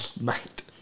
mate